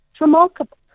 remarkable